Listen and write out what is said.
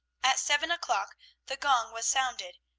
at seven o'clock the gong was sounded,